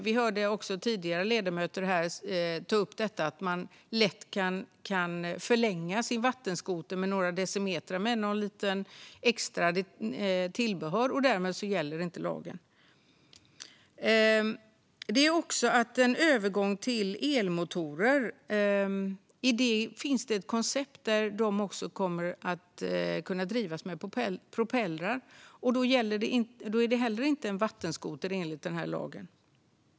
Vi hörde också tidigare talare ta upp detta att man lätt kan förlänga sin vattenskoter med några decimeter med något tillbehör, varvid lagen inte gäller. I övergången till elmotorer finns det koncept som kombinerar elmotorn med propellrar. Då är fordonet inte en vattenskoter enligt den här lagen.